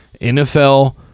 NFL